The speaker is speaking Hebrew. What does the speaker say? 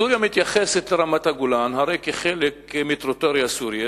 הרי סוריה מתייחסת לרמת-הגולן כאל חלק מטריטוריה סורית.